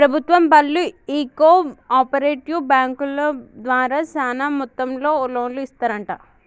ప్రభుత్వం బళ్ళు ఈ కో ఆపరేటివ్ బాంకుల ద్వారా సాన మొత్తంలో లోన్లు ఇస్తరంట